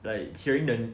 like hearing the